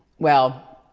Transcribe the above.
well,